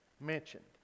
mentioned